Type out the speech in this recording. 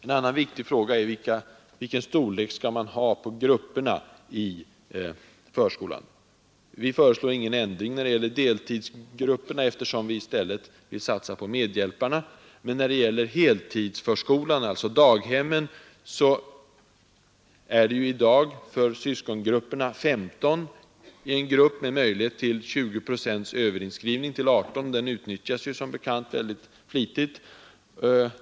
En annan viktig fråga är vilken storlek man skall ha på grupperna i förskolan. Vi föreslår ingen ändring när det gäller deltidsgrupperna, eftersom vi i stället vill satsa på medhjälparna. I heltidsförskolan, alltså daghemmen, är det i dag högst 15 barn i syskongrupperna med möjlighet till överinskrivning med 20 procent till 18 barn. Denna överinskrivning utnyttjas som bekant flitigt.